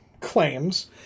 claims